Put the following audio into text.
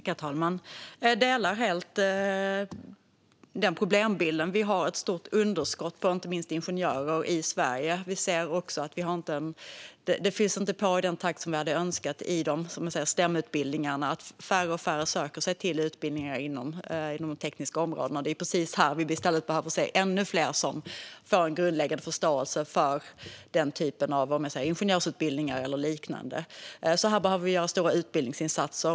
Herr talman! Jag delar helt den problembilden. Vi har ett stort underskott på inte minst ingenjörer i Sverige. Det fylls inte heller på i den takt vi hade önskat i STEM-utbildningarna. Färre och färre söker sig till utbildningar inom de tekniska områdena. Det är precis här vi i stället behöver se ännu fler som får en grundläggande förståelse genom ingenjörsutbildningar eller liknande. Här behöver vi göra stora utbildningsinsatser.